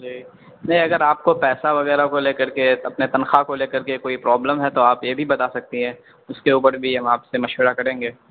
جی نہیں اگر آپ کو پیسہ وغیرہ کو لے کر کے اپنے تنخاہ کو لے کر کے کوئی پرابلم ہے تو آپ یہ بھی بتا سکتی ہیں اس کے اوپر بھی ہم آپ سے مشورہ کریں گے